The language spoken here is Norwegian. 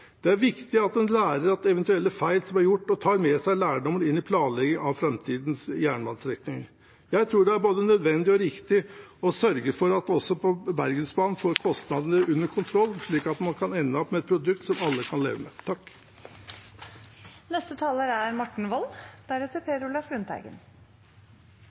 Det er viktig at en lærer av eventuelle feil som blir gjort, og tar med seg lærdommen i planleggingen av framtidens jernbanestrekninger. Jeg tror det er både nødvendig og riktig å sørge for at en også på Bergensbanen får kostnadene under kontroll, slik at vi kan ende opp med et produkt som alle kan leve med.